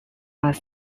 are